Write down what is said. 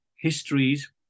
histories